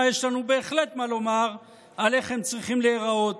יש לנו בהחלט מה לומר על איך הם צריכים להיראות,